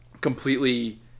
Completely